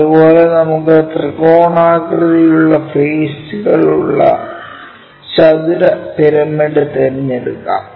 അതുപോലെ നമുക്ക് ത്രികോണാകൃതിയിലുള്ള ഫെയ്സ്കളുള്ള ചതുര പിരമിഡ് തിരഞ്ഞെടുക്കാം